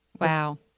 Wow